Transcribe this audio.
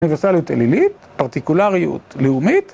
אוניברסליות אלילית, פרטיקולריות לאומית.